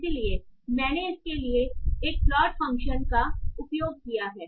इसलिए मैंने इसके लिए एक प्लॉट फ़ंक्शन का उपयोग किया है